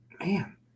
man